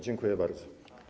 Dziękuję bardzo.